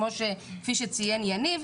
כפי שציין יניב.